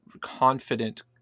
confident